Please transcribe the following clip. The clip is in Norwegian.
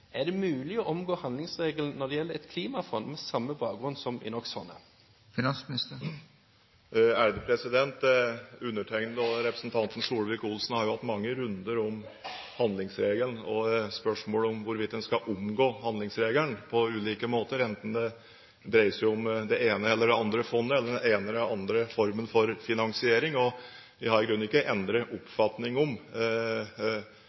Er det mulig å omgå handlingsregelen når det gjelder et klimafond, med samme bakgrunn som i NOx-fondet? Undertegnede og representanten Solvik-Olsen har jo hatt mange runder om handlingsregelen og spørsmålet om hvorvidt en skal omgå handlingsregelen på ulike måter – enten det dreier seg om det ene eller det andre fondet eller den ene eller den andre formen for finansiering. Jeg har i grunnen ikke